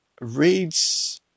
reads